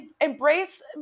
embrace